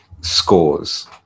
scores